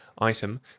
item